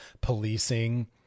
policing